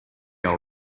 all